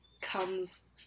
comes